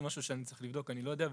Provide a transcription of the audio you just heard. זה משהו שאני צריך לבדוק ואני לא יודע,